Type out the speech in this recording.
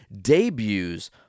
debuts